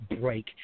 break